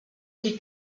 die